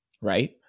Right